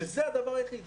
שזה הדבר היחיד,